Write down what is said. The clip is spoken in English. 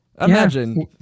Imagine